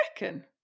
reckon